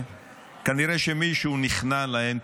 וכנראה שמישהו נכנע להם.